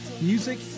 music